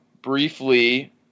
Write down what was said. briefly